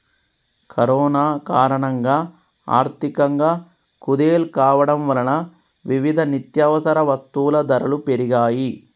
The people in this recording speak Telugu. కరోనా కారణంగా ఆర్థికంగా కుదేలు కావడం వలన వివిధ నిత్యవసర వస్తువుల ధరలు పెరిగాయ్